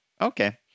Okay